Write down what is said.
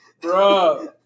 bro